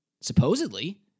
Supposedly